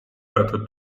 რათა